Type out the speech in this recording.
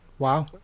Wow